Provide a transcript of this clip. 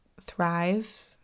thrive